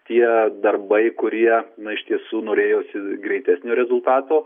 tie darbai kurie na iš tiesų norėjosi greitesnio rezultato